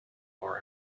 more